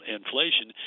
inflation